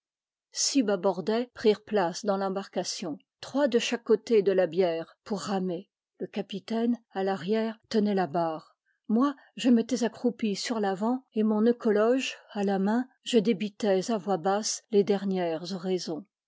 bâbordais prirent place dans l'embarcation trois de chaque côté de la bière pour ramer le capitaine à l'arrière tenait la barre moi je m'étais accroupi sur l'avant et mon eucologe à la main je débitais à voix basse les dernières oraisons